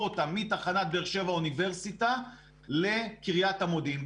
אותה מתחנת באר שבע-האוניברסיטה לקרית המודעין.